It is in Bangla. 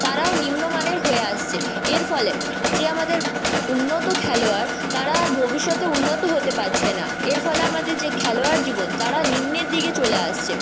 তারাও নিম্নমানের হয়ে আসছে এর ফলে যে আমাদের উন্নত খেলোয়াড় তারা আর ভবিষ্যতে উন্নত হতে পারছে না এর ফলে আমাদের যে খেলোয়াড় জীবন তারা নিম্নের দিকে চলে আসছে